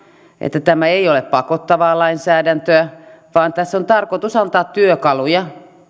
että tämä ei ole pakottavaa lainsäädäntöä vaan tässä on tarkoitus antaa työkaluja